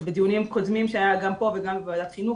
שבדיונים קודמים שהיו גם פה וגם בוועדת חינוך,